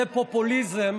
זה פופוליזם,